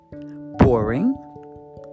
boring